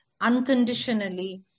unconditionally